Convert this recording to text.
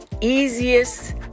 easiest